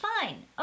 fine